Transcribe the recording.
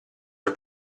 dal